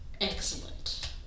Excellent